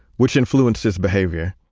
which influenced his behavior.